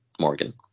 Morgan